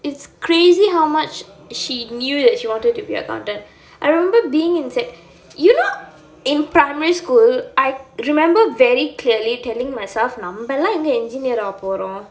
it's crazy how much she knew that she wanted to be a accountant I remember being in sec~ you know in primary school I remember very clearly telling myself நம்பலா எங்கே:nambalaa engae engineer ஆக போரோ:aaga poro